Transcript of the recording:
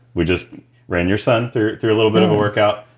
we just ran your son through through a little bit of a workout.